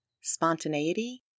spontaneity